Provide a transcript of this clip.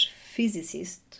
physicist